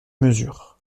mesure